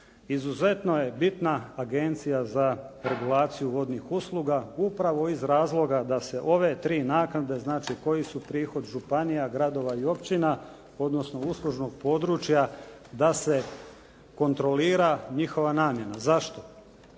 izuzetno je bitna Agencija za regulaciju vodnih usluga upravo iz razloga da se ove tri naknade, znači koji su prihod županija, gradova i općina odnosno uslužnog područja da se kontrolira njihova namjena. Zašto?